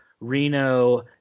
reno